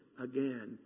again